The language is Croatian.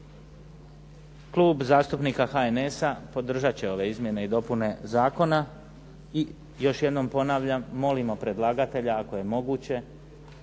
Klub zastupnika HNS-a podržati će ove izmjene i dopune zakona i još jednom ponavljam, molimo predlagatelja ako je moguće